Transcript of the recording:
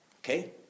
okay